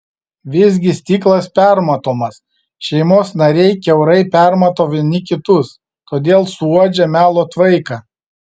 visgi stiklas permatomas šeimos nariai kiaurai permato vieni kitus todėl suuodžia melo tvaiką